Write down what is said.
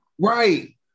Right